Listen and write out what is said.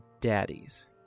daddies